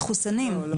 למחוסנים, מחוסנים.